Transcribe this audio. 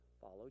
follow